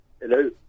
Hello